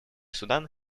судан